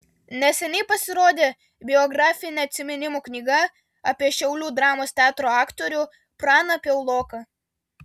neseniai pasirodė biografinė atsiminimų knyga apie šiaulių dramos teatro aktorių praną piauloką